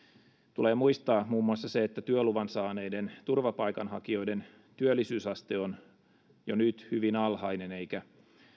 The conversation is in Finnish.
tulee muistaa muun muassa se että työluvan saaneiden turvapaikanhakijoiden työllisyysaste on jo nyt hyvin alhainen eikä